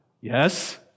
Yes